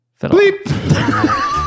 bleep